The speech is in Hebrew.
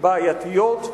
בעייתיות,